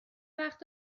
وقت